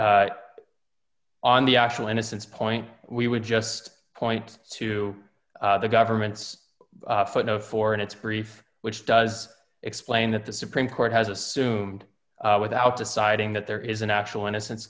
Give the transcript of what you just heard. but on the actual innocence point we would just point to the government's footnote for in its brief which does explain that the supreme court has assumed without deciding that there is an actual innocence